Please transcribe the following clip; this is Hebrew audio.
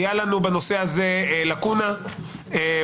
הייתה לנו בנושא הזה לקונה בחוק.